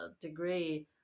degree